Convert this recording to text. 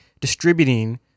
distributing